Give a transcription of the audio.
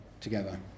together